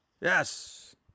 Yes